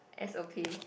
S_O_P